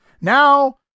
Now